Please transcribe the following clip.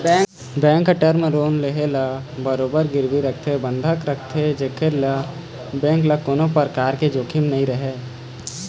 bank ह term loan के ले म बरोबर गिरवी रखथे बंधक रखथे जेखर ले बेंक ल कोनो परकार के जोखिम नइ रहय